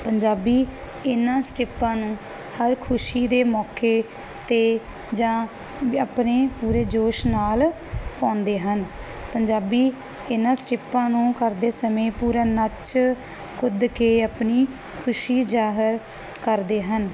ਪੰਜਾਬੀ ਇਹਨਾਂ ਸਟੈਪ ਨੂੰ ਹਰ ਖੁਸ਼ੀ ਦੇ ਮੌਕੇ ਤੇ ਜਾਂ ਆਪਣੇ ਪੂਰੇ ਜੋਸ਼ ਨਾਲ ਪਾਉਂਦੇ ਹਨ ਪੰਜਾਬੀ ਇਹਨਾਂ ਸਟੈਪਾਂ ਨੂੰ ਕਰਦੇ ਸਮੇਂ ਪੂਰਾ ਨੱਚ ਕੁੱਦ ਕੇ ਆਪਣੀ ਖੁਸ਼ੀ ਜਾਹਰ ਕਰਦੇ ਹਨ